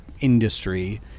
industry